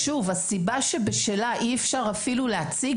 אני רוצה לציין שהסיבה שבשלה אי אפשר אפילו להציג